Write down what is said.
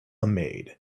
maid